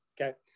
Okay